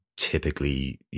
Typically